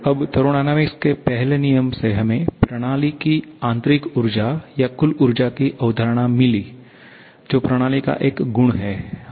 अब थर्मोडायनामिक्स के पहले नियम से हमें प्रणाली की आंतरिक ऊर्जा या कुल ऊर्जा की अवधारणा मिली जो प्रणाली का एक गुण है